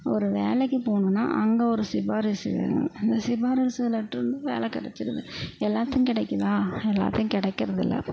ஒரு வேலைக்கு போகணுன்னா அங்கே ஒரு சிபாரிசு வேணும் அந்த சிபாரிசு லெட்டர் இருந்தால் வேலை கிடச்சிருது எல்லாத்துக்கும் கிடைக்கிதா எல்லாத்துக்கும் கிடைக்கிறது இல்லை